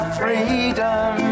freedom